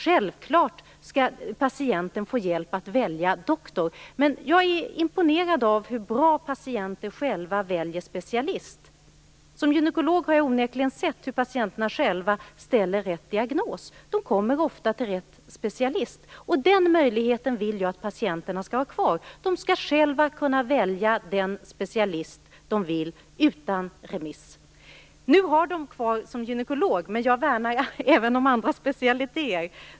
Självfallet skall patienten få hjälp att välja doktor, men jag är imponerad av hur bra patienter själva väljer specialist. Som gynekolog har jag onekligen sett hur patienterna själva ställer rätt diagnos. De kommer ofta till rätt specialist. Den möjligheten vill jag att patienterna skall ha kvar. De skall själva kunna välja den specialist de vill utan remiss. Jag är gynekolog, men jag värnar även om andra specialiteter.